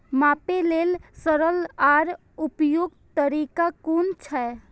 मापे लेल सरल आर उपयुक्त तरीका कुन छै?